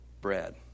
bread